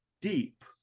deep